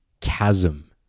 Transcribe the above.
chasm